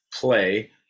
play